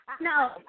No